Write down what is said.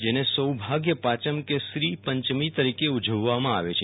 જેને સૌભાગ્ય પાંચમ કે શ્રી પંચમી તરીકે પણ ઉજવવામાં આવે છે